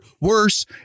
worse